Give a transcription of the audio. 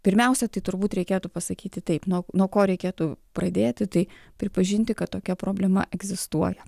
pirmiausia tai turbūt reikėtų pasakyti taip nuo nuo ko reikėtų pradėti tai pripažinti kad tokia problema egzistuoja